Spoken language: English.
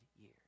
years